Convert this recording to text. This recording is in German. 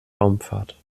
raumfahrt